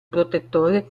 protettore